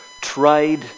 tried